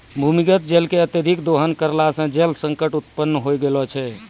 भूमीगत जल के अत्यधिक दोहन करला सें जल संकट उत्पन्न होय गेलो छै